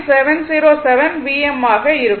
707 Vm ஆக இருக்கும்